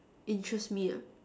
interest me ah